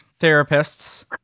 therapists